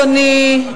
אדוני,